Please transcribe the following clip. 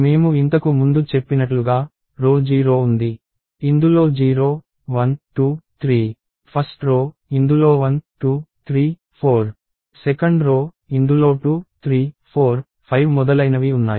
మేము ఇంతకు ముందు చెప్పినట్లుగా రో 0 ఉంది ఇందులో 0 1 2 3 1th రో ఇందులో 1 2 3 4 2nd రో ఇందులో 2 3 4 5 మొదలైనవి ఉన్నాయి